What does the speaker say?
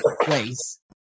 place